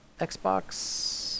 Xbox